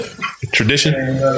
Tradition